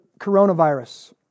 coronavirus